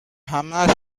همهاش